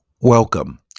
welcome